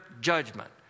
judgment